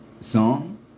song